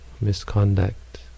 misconduct